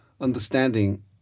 understanding